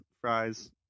fries